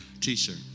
T-shirt